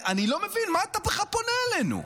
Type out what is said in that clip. אני לא מבין מה אתה בכלל פונה אלינו.